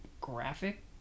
graphic